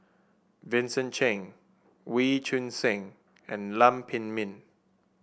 Vincent Cheng Wee Choon Seng and Lam Pin Min